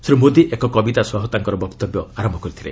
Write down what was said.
ଶ୍ରୀ ମୋଦି ଏକ କବିତା ସହ ତାଙ୍କର ବକ୍ତବ୍ୟ ଆରମ୍ଭ କରିଥିଲେ